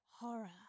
horror